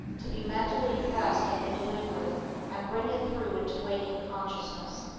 to be mentally impressed of the delivery and bring it through into waking consciousness.